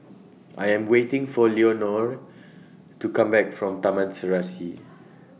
I Am waiting For Leonore to Come Back from Taman Serasi